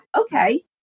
okay